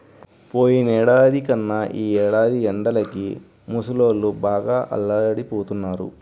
పోయినేడాది కన్నా ఈ ఏడాది ఎండలకి ముసలోళ్ళు బాగా అల్లాడిపోతన్నారు